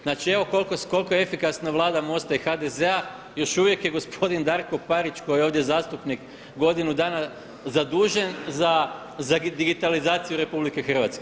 Znači evo koliko je efikasna Vlada MOST-a i HDZ-a još uvijek je gospodin Darko Parić koji je ovdje zastupnik godinu dana zadužen za digitalizaciju RH.